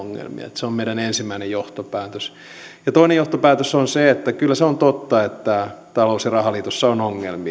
se on meidän ensimmäinen johtopäätöksemme toinen johtopäätös on se että kyllä se on totta että talous ja rahaliitossa on ongelmia